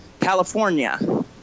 California